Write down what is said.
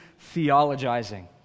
theologizing